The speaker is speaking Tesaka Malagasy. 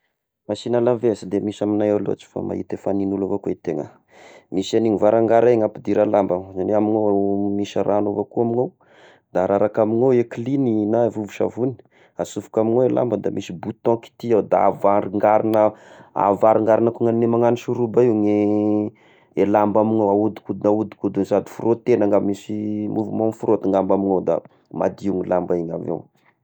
Machine à laver, sy de misy amignay loatry fa mahita efa ny an'olo avao ko ny tegna, misy agn'igny varangara igny ampidira lamba, niagny mo misy ragno avao ko amign'io da araraka amign'io a klin na vovo-savony, asofoka amign'io lamba da misy bouton kitiha da avaringarina avaringarina ko ny agn'ny magnano soroba io ny i lamba amigny ao, ahodikodigny ahodikodigny sady frôtegna nga, misy mouvement frotte ngamba amign'io ao da madio lamba igny avy ao.